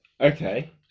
Okay